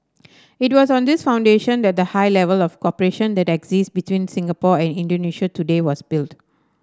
it was on this foundation that the high level of cooperation that exists between Singapore and Indonesia today was built